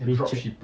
legit